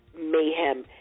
mayhem